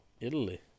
Italy